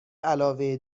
علاوه